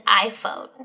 iPhone